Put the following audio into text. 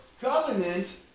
covenant